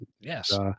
Yes